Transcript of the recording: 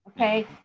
okay